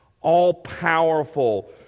all-powerful